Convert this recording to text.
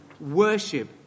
worship